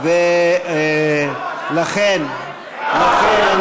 לכן אני